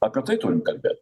apie tai turim kalbėt